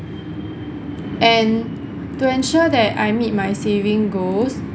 and to ensure that I meet my saving goals